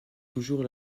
toujours